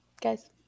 guys